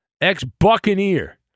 ex-buccaneer